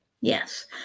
Yes